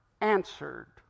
answered